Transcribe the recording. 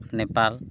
Nepal